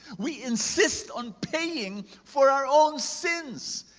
we insist on paying for our own sins.